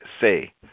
say